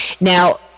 Now